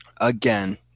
again